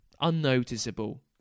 Unnoticeable